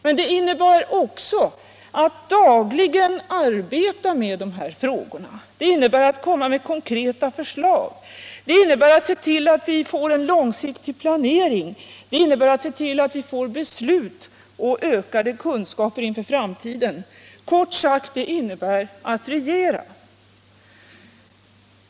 Men det innebär också att dagligen arbeta med dessa frågor. Det innebär att lägga fram konkreta förslag. Det innebär att se till att vi får en långsiktig planering. Det innebär förmåga att fatta beslut och att skaffa ökade kunskaper för framtiden. Kort sagt, det innebär att regera!